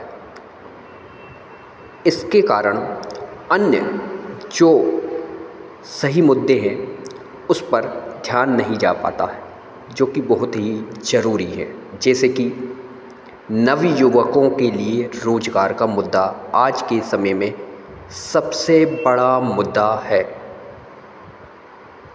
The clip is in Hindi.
इसके कारण अन्य जो सही मुद्दे हैं उस पर ध्यान नहीं जा पाता है जोकि बहुत ही ज़रूरी हैं जैसे कि नवयुवकों के लिए रोज़गार का मुद्दा आज के समय में सबसे बड़ा मुद्दा है